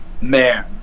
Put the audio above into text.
man